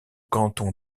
canton